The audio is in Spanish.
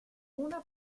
una